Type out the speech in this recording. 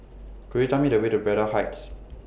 Could YOU Tell Me The Way to Braddell Heights